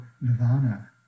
nirvana